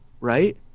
right